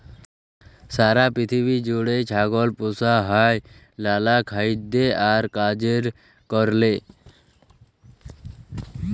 সারা পিথিবী জুইড়ে ছাগল পুসা হ্যয় লালা খাইদ্য আর কাজের কারলে